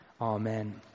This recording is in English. Amen